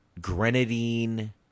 grenadine